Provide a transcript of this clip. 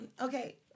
okay